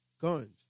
guns